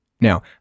Now